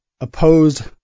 opposed